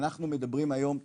אנחנו מדברים היום,